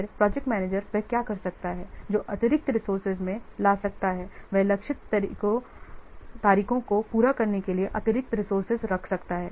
फिर project manager वह क्या कर सकता है जो अतिरिक्त रिसोर्सेज में ला सकता है वह लक्षित तारीखों को पूरा करने के लिए अतिरिक्त रिसोर्से रख सकता है